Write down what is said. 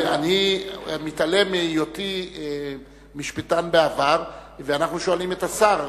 אני מתעלם מהיותי משפטן בעבר ואנחנו שואלים את השר.